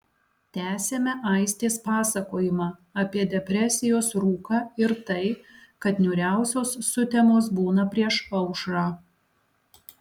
tęsiame aistės pasakojimą apie depresijos rūką ir tai kad niūriausios sutemos būna prieš aušrą